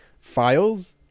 files